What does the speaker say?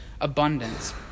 abundance